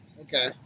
Okay